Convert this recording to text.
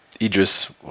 Idris